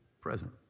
present